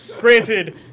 Granted